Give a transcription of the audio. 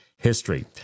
History